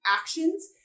actions